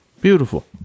Beautiful